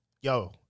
Yo